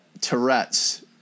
Tourette's